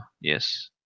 yes